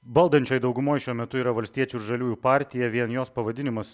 valdančioj daugumoj šiuo metu yra valstiečių ir žaliųjų partija vien jos pavadinimas